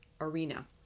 arena